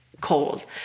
cold